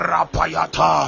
Rapayata